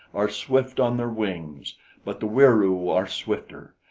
are swift on their wings but the wieroo are swifter.